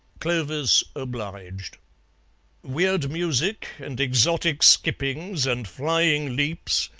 clovis obliged weird music, and exotic skippings and flying leaps,